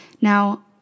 Now